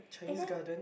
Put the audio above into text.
and then